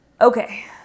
Okay